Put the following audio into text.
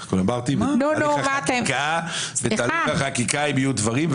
בתהליך החקיקה אם יהיו דברים,